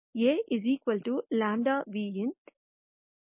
இன் n வது காலம்கள்